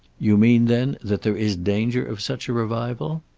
you mean, then, that there is danger of such a revival?